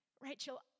Rachel